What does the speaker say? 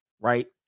right